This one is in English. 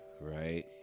Right